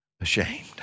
ashamed